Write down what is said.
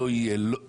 לא יהיה לא יהיה,